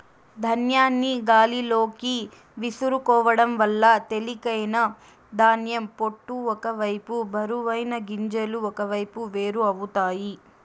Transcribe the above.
ధాన్యాన్ని గాలిలోకి విసురుకోవడం వల్ల తేలికైన ధాన్యం పొట్టు ఒక వైపు బరువైన గింజలు ఒకవైపు వేరు అవుతాయి